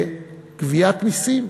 לגביית מסים,